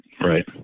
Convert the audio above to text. right